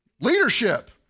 Leadership